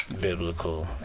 biblical